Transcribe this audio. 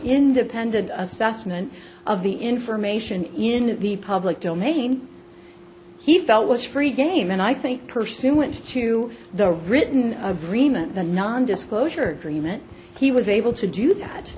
independent assessment of the information in the public domain he felt was free game and i think pursuant to the written agreement the non disclosure agreement he was able to do that